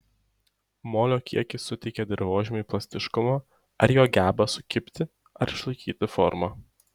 molio kiekis suteikia dirvožemiui plastiškumo ar jo gebą sukibti ar išlaikyti formą